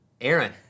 Aaron